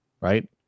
Right